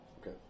Okay